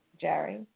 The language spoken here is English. Jerry